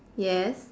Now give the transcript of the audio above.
yes